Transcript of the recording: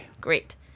Great